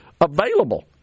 available